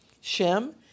Shem